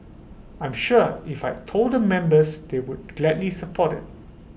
I'm sure if I had told the members they would gladly support IT